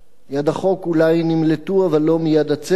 מיד החוק אולי הם נמלטו, אבל לא מיד הצדק.